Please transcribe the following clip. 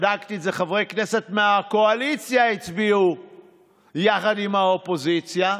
בדקתי: חברי כנסת מהקואליציה הצביעו יחד עם האופוזיציה.